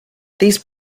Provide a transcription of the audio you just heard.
these